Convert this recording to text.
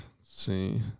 see